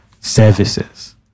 services